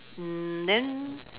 mm then